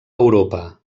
europa